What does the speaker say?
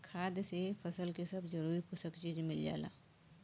खाद से फसल के सब जरूरी पोषक चीज मिल जाला